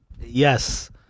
Yes